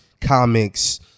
comics